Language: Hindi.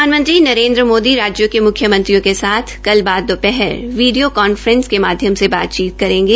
प्रधानमंत्री नरेन्द्र माद्री राजयों के मुख्यमंत्रियों के साथ कल बाद दामहर वीडिया कांफ्रेस के माध्यम से बातचीत करेंगे